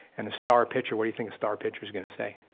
and a star pitcher, what do you think a star pitcher's gonna say?